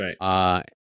right